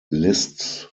lists